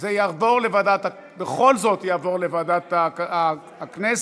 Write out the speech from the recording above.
זה בכל זאת יעבור לוועדת הכנסת,